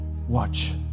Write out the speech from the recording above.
Watch